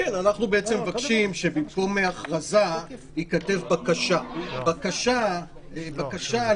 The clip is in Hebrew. אנחנו בעצם מבקשים שבמקום הכרזה ייכתב בקשה "בקשה על